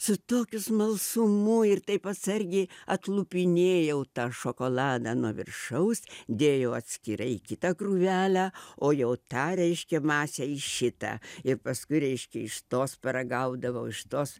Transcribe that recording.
su tokiu smalsumu ir taip atsargiai atlupinėjau tą šokoladą nuo viršaus dėjau atskirai į kitą krūvelę o jau tą reiškia masę į šitą ir paskui reiškia iš tos paragaudavau iš tos